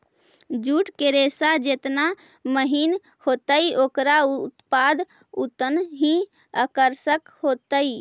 jute के रेशा जेतना महीन होतई, ओकरा उत्पाद उतनऽही आकर्षक होतई